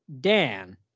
Dan